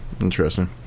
Interesting